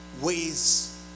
ways